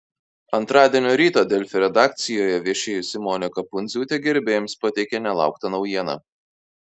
antradienio rytą delfi redakcijoje viešėjusi monika pundziūtė gerbėjams pateikė nelauktą naujieną